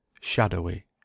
shadowy